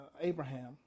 abraham